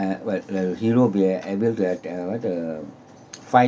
uh where the hero will be ab~ able to have the what the